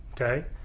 okay